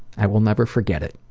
i will never forget it.